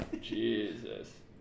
Jesus